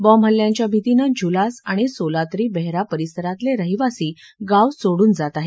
बॉम्बहल्ल्यांच्या भीतीने झुलास आणि सोलात्री बेहरा परिसरातले रहिवासी गाव सोडून जात आहेत